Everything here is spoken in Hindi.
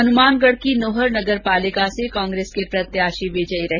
हन्मानगढ़ की नोहर नगर पालिका से कांग्रेस के प्रत्याशी विजयी रहे